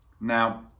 Now